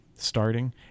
starting